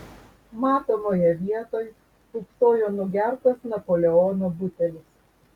matomoje vietoj pūpsojo nugertas napoleono butelis